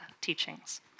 teachings